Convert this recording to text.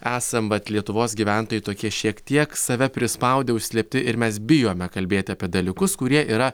esam va lietuvos gyventojai tokie šiek tiek save prispaudę užslėpti ir mes bijome kalbėti apie dalykus kurie yra